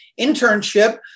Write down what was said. internship